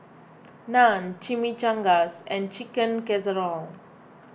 Naan Chimichangas and Chicken Casserole